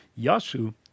Yasu